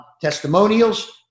testimonials